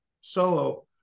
solo